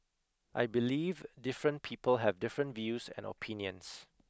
I believe different people have different views and opinions